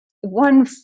one